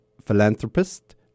philanthropist